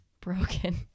broken